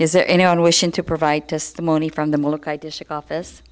is there anyone wishing to provide testimony from the molokai district office